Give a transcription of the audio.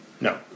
no